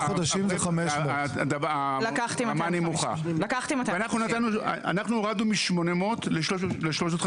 חודשים זה 500. לקחתי 250. אנחנו הורדנו מ-800 ל-350.